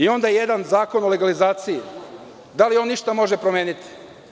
Onda jedan Zakon o legalizaciji, da li on išta može promeniti?